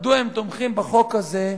מדוע הם תומכים בחוק הזה,